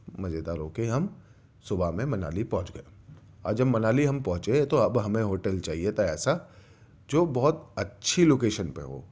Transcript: مزے دار ہو کے ہم صُبح میں منالی پہنچ گئے اور جب منالی ہم پہنچے تو اب ہمیں ہوٹل چاہیے تھا ایسا جو بہت اچھی لوکیشن پہ ہو